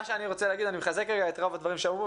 אני מחזק את רוב הדברים שאמרו.